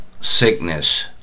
sickness